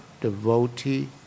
devotee